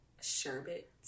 Sherbet